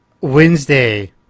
Wednesday